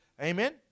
Amen